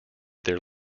their